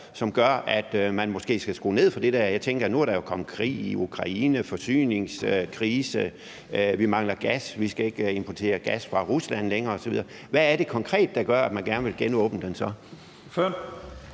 som gør, at man måske skal skrue ned for det der? Jeg tænker, at nu er der jo kommet krig i Ukraine, der er forsyningskrise, vi mangler gas, vi skal ikke importere gas fra Rusland længere, osv. Hvad er det, der konkret gør, at man gerne vil genåbne den så?